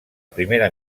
primera